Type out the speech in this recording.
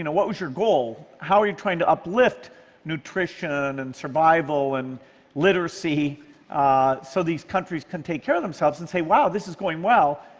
and what was your goal? how are you trying to uplift nutrition and survival and literacy literacy so these countries can take care of themselves, and say wow, this is going well,